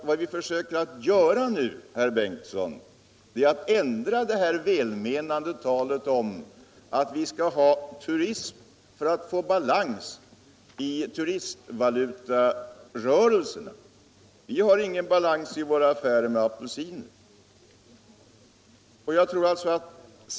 Vad vi försöker göra nu, herr Bengtson, är att ändra det välmenande talet om att genom turism försöka få balans i turistvalutarörelserna. Vi har ingen balans i våra affårer med apelsiner.